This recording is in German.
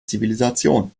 zivilisation